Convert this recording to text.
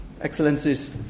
Excellencies